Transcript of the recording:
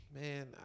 man